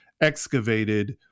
excavated